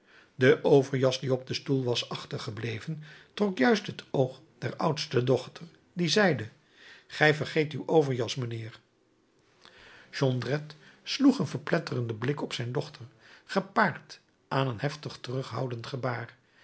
de overjas die op den stoel was achtergebleven trok juist het oog der oudste dochter die zeide gij vergeet uw overjas mijnheer jondrette sloeg een verpletterenden blik op zijn dochter gepaard aan een heftig terughoudend gebaar